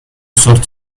sort